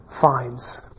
finds